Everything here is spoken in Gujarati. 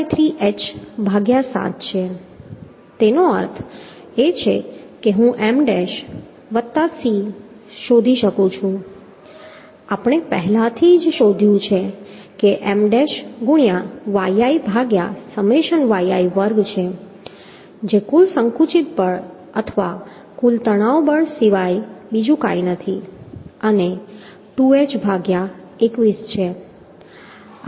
y બાર એ 23h ભાગ્યા 7 છે તેનો અર્થ એ છે કે હું M ડેશ વત્તા C શોધી શકું છું આપણે પહેલાથી શોધ્યું છે કે M ડેશ ગુણ્યાં yi ભાગ્યા સમેશન yi વર્ગ છે જે કુલ સંકુચિત બળ અથવા કુલ તણાવ બળ સિવાય બીજું કંઈ નથી અને 2h ભાગ્યા 21 છે